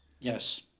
Yes